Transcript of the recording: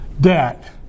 debt